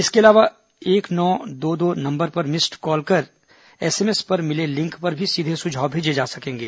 इसके अलावा एक नौ दो दो नंबर पर मिस्ड कॉल देकर एसएमएस पर मिले लिंक पर भी सीधे सुझाव भेजे जा सकेंगे